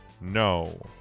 No